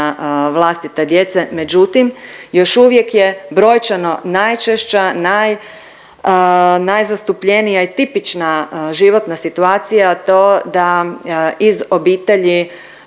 vlastite djece, međutim još uvijek je brojčano najčešća, naj, najzastupljenija je tipična životna situacija, to da iz obitelji